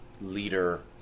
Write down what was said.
leader